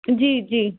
जी जी